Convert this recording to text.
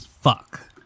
fuck